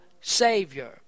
Savior